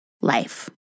life